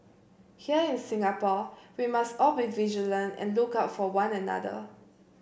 here in Singapore we must all be vigilant and look out for one another